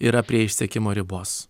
yra prie išsekimo ribos